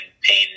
pain